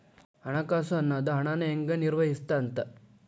ಹಣಕಾಸು ಅನ್ನೋದ್ ಹಣನ ಹೆಂಗ ನಿರ್ವಹಿಸ್ತಿ ಅಂತ